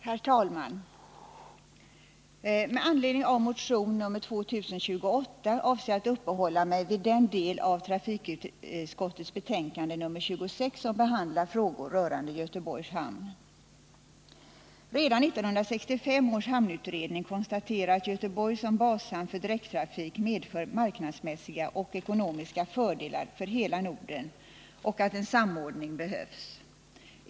Herr talman! Med anledning av motion 2028 avser jag att uppehålla mig vid den del av trafikutskottets betänkande 26 som behandlar frågor rörande Göteborgs hamn. Redan 1965 års hamnutredning konstaterar att Göteborg som bashamn för direkttrafik medför marknadsmässiga och ekonomiska fördelar för hela Norden och att en samordning behövs.